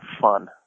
fun